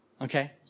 okay